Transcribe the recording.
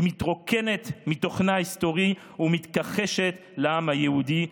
היא מתרוקנת מתוכנה ההיסטורי ומתכחשת לעם היהודי בימינו,